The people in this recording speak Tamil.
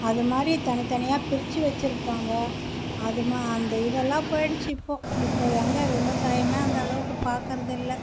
அது மாதிரி தனித்தனியாக பிரிச்சு வச்சி இருப்பாங்க அந்த இதெல்லாம் போயிடுச்சு இப்போ எங்கே விவசாயமே அந்த அளவுக்கு பார்க்குறது இல்லை